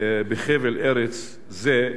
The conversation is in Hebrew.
בחבל ארץ זה,